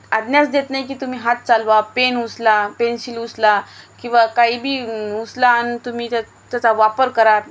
आज्ञाच देत नाही की तुम्ही हात चालवा पेन उचला पेन्सिल उचला किंवा काही बी उचला आणि तुम्ही त्या त्याचा वापर करा